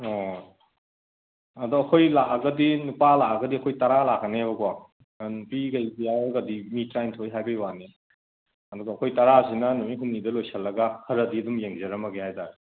ꯑꯣ ꯑꯗꯣ ꯑꯩꯈꯣꯏ ꯂꯥꯛꯑꯒꯗꯤ ꯅꯨꯄꯥ ꯂꯥꯛꯑꯒꯗꯤ ꯑꯩꯈꯣꯏ ꯇꯔꯥ ꯂꯥꯛꯀꯅꯤꯕꯀꯣ ꯑꯗ ꯅꯨꯄꯤꯒꯩ ꯌꯥꯎꯔꯒꯗꯤ ꯃꯤ ꯇꯔꯥꯅꯤꯊꯣꯏ ꯍꯥꯏꯕꯩ ꯋꯥꯅꯤ ꯑꯗꯨꯒ ꯑꯩꯈꯣꯏ ꯇꯔꯥꯁꯤꯅ ꯅꯨꯃꯤꯠ ꯍꯨꯝꯅꯤꯗ ꯂꯣꯏꯁꯤꯜꯂꯒ ꯈꯔꯗꯤ ꯑꯗꯨꯝ ꯌꯦꯡꯖꯔꯝꯃꯒꯦ ꯍꯥꯏ ꯇꯥꯔꯦ